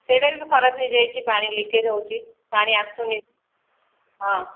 ସେଇଟା ବି ଖରାପ ହୋଇଯାଇଛି ପାଣି ଲିକେଜ୍ ହେଉଛି ପାଣି ଆସୁନାହିଁ ହଁ